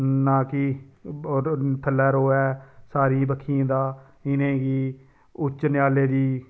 ना की ओह् थ'ल्लै रोहे सारी बक्खियें दा इ'नें गी उच्च न्यायालय दी